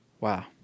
wow